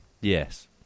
Yes